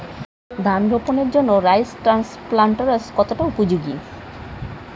ধান রোপণের জন্য রাইস ট্রান্সপ্লান্টারস্ কতটা উপযোগী?